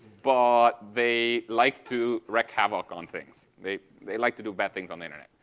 but they like to wreck havoc on things. they they like to do bad things on the internet.